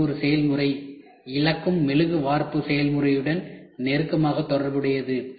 இது ஒரு செயல்முறை இழக்கும் மெழுகு வார்ப்பு செயல்முறையுடன் நெருக்கமாக தொடர்புடையது